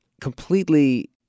Completely